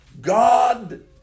God